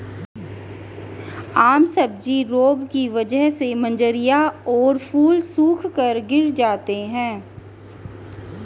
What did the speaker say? आम सब्जी रोग की वजह से मंजरियां और फूल सूखकर गिर जाते हैं